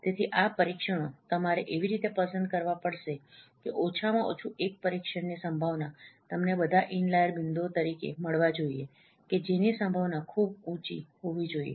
તેથી આ પરીક્ષણોતમારે એવી રીતે પસંદ કરવા પડશે કે ઓછામાં ઓછું એક પરીક્ષણની સંભાવના તમને બધા ઇનલાઈર બિંદુઓ તરીકે મળવા જોઈએ કે જેની સંભાવના ખૂબ ઉંચી હોવી જોઈએ